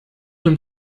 him